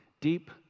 deep